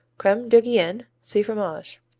creme de gien see fromage.